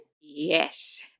Yes